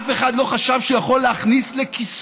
אף אחד לא חשב שהוא יכול להכניס לכיסו